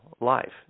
life